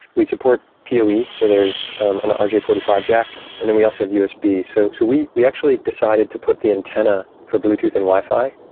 we support poe. so there's an ah rj forty five jack and then we also have usb. so so we we actually decided to put the antenna for bluetooth and wi-fi.